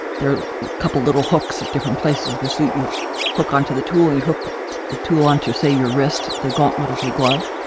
there are a couple little hooks at different places the suit you hook on to the tool and you hook the tool, to say your wrist, the gauntlet of your glove,